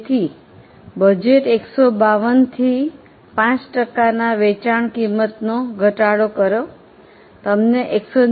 તેથી બજેટ 152 થી 5 ટકાના વેચાણ કિંમતનો ઘટાડો કરો તમને 144